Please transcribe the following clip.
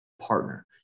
partner